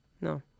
No